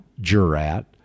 jurat